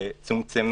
שצומצם